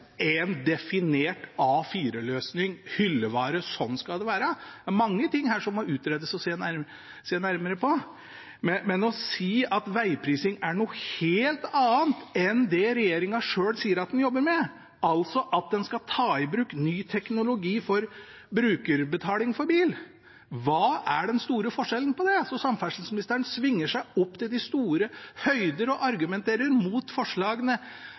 en definert A4-løsning, hyllevare, at sånn skal det være. Det er mange ting her som må utredes og ses nærmere på. Men å si at vegprising er noe helt annet enn det regjeringen selv sier at de jobber med, altså at en skal ta i bruk ny teknologi for brukerbetaling for bil – hva er den store forskjellen på det? Samferdselsministeren svinger seg til de store høyder og argumenterer imot forslagene